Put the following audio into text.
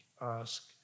ask